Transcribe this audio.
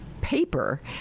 paper